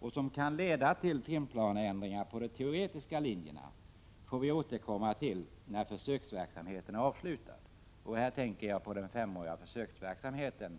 och som kan leda till timplaneändringar på de teoretiska linjerna får vi återkomma till när försöksverksamheten är avslutad. Jag tänker på den femåriga försöksverksamheten